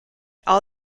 all